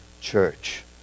church